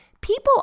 People